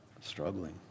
struggling